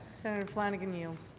senator flanagan yields.